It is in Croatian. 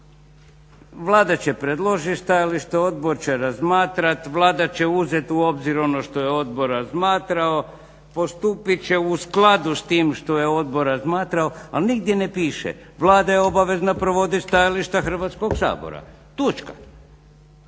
vlada će predložiti stajalište odbor će razmatrati, Vlada će uzeti u obzir ono što je odbor razmatrao, postupit će u skladu s tim što je odbor razmatrao, ali nigdje ne piše, Vlada je obavezna provoditi stajališta Hrvatskog sabora točka.